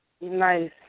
Nice